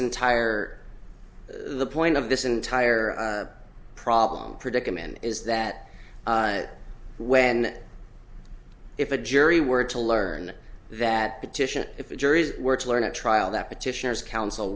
entire the point of this entire problem predicament is that when if a jury were to learn that petition if a jury is words learned at trial that petitioners coun